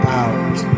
out